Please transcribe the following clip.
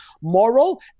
moral